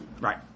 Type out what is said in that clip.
Right